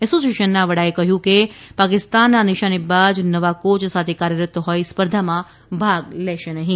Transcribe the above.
એસોસિએશનના વડાએ જણાવ્યું કે પાકિસ્તાનના નિશાનેબાજ નવા કોચ સાથે કાર્યરત હોઇ સ્પર્ધામાં ભાગ લેશે નહિં